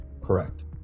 Correct